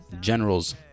General's